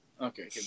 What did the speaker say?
Okay